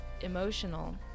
Emotional